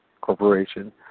Corporation